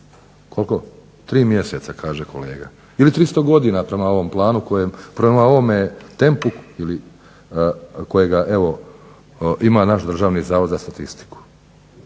Koliko? Tri mjeseca kaže kolega ili 300 godina prema ovom tempu kojega evo ima naš Državni zavod za statistiku,